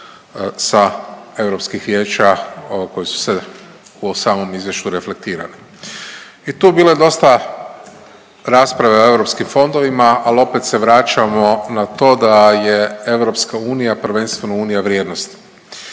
sa europskih vijeća ovog koji su se u samom izvješću reflektirali. Tu je bilo dosta rasprave o Europskim fondovima ali opet se vraćamo na to da je Europska unija prvenstveno unija vrijednosti.